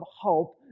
hope